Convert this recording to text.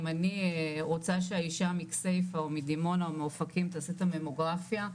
אם אני רוצה שהאישה מכסייפה או מדימונה או מאופקים תעשה את הממוגרפיה,